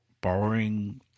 borrowing